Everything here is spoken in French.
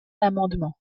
l’amendement